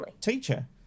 teacher